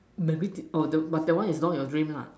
maybe the or the but that one is not your dream lah